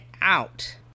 out